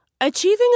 Achieving